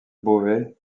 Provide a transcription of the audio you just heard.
beauvais